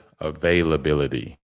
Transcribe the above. availability